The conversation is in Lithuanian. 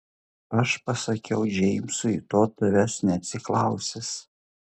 aš pasakiau džeimsui to tavęs neatsiklausęs